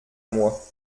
moi